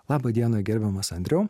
labą dieną gerbiamas andriau